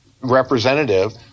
representative